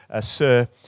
Sir